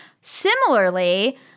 Similarly